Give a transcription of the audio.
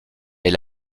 elle